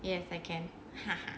yes I can finally haha